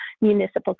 municipal